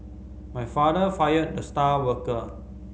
my father fired the star worker